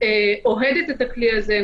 אוהדת את הכלי הזה,